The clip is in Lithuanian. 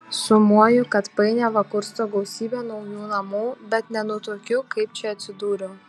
sumoju kad painiavą kursto gausybė naujų namų bet nenutuokiu kaip čia atsidūriau